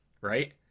right